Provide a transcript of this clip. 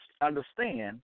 understand